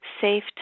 safe